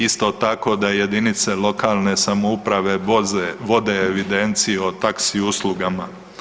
Isto tako da jedinice lokalne samouprave vode evidenciju o taksi uslugama.